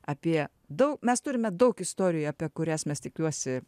apie dau mes turime daug istorijų apie kurias mes tikiuosi